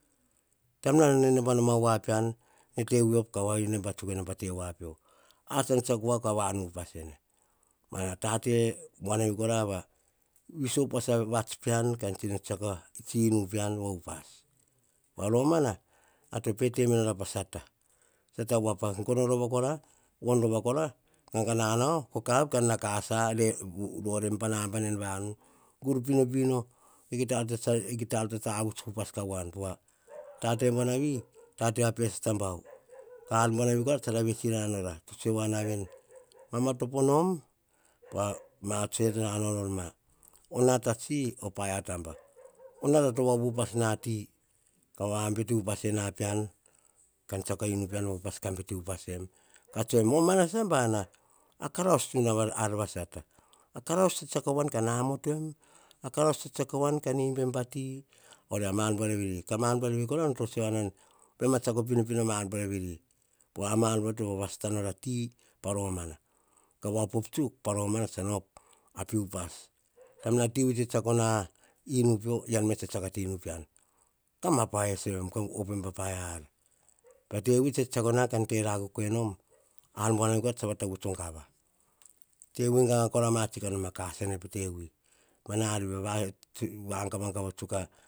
Taim nan nebaneba nom a voa pean, tivui op tsuk ka nebane pa te voa pio. An tsiako voa ka vanu upas ene. Mana tate buanavi, va viso upas a vats pean. Kan tsino tsiako a tsi inu pean va upas, pa romana nara pe te menorah pa sata. Sata voa pa gono rova kora, von rova kora, gaga nanao ko kav, kan nao, ka asa rorem pa nabana en vanu. Gur pinopino kita ar tsa tavuts kavoan, pova tate buanavi, tate va pe sata bau. Ar buanavi tsara vets inana nora. Maopo nom, pa ma tsue no nanao nor ma. Nata tsi o paia taba. Nata to va upupas na ti, va bete upas ena pean, kan tsiako a inu pean va upas ka bete upas em, ka tsoe em, o mana subana, karaus tsuna ar va sata, karaus tsa tsiako avoan, ka amotoem, karaus tsa tsiako avoan kan embem pati, oria ma ar buar veri. Ka ma ar buar veri kora nor tsotsoe voa nor veni, baim a tsiako pinopino a ma ar buar veni. Pova, ma ar buar veri to vava satana ati. Mana, ka opop tsuk paromana, va pe upas. Tivati tsetseako na inu pio, ean me tsa tsiako a te inu pean. Kam vapaesem ka opoem pa paia ar. Tevui, tsa tsetseako na kan tera a kuk enom, ar buanavi tsa va tavuts o gava. Tevui gava, ka noma ka asa pee tevui, mana ar viva va vaga vaga tsuk a.